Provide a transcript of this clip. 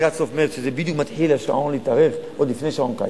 שאז מתחיל היום להתארך, עוד לפני שעון קיץ,